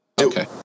Okay